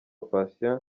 patient